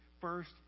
first